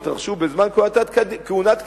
התרחשו בזמן כהונת קדימה,